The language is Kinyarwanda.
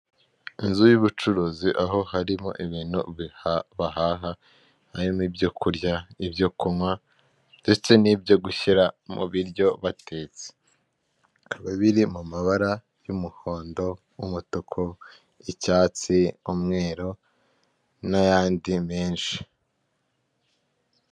Inzu y'ubucuruzi aho harimo ibintu bahaha harimo ibyo kurya, ibyo kunywa ndetse n'ibyo gushyira mu biryo batetse, bikaba biri mu mabara y'umuhondo, umutuku, icyatsi, umweru n'ayandi menshi.